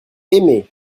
aimé